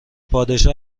پادشاه